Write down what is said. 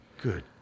Good